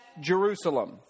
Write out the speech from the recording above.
Jerusalem